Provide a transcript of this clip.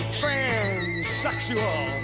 transsexual